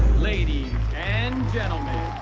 ladies and gentlemen,